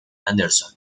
anderson